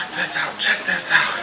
this out, check this